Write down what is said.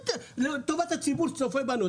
לטובת הציבור שצופה בנו.